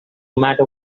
matter